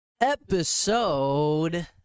episode